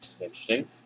Interesting